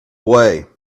way